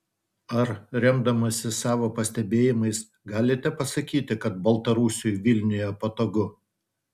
ar remdamasis savo pastebėjimais galite pasakyti kad baltarusiui vilniuje patogu